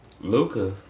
Luca